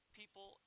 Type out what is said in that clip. people